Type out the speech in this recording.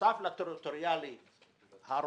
בנוסף לטריטוריאלי הרוחבי,